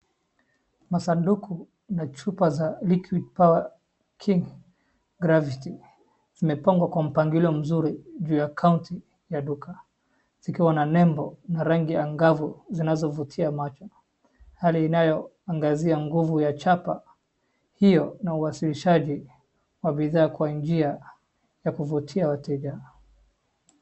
Masanduku na chupa za liquid power king gravity , zimepangwa kwa mpangilio mzuri juu ya counter ya duka, zikiwa na nembo na rangi ya kavu zinzovutia macho, hali inayoangazia nguvu ya chapa hiyo na uwasilishaji wa bidhaa kwa njia ya kuvutia wateja.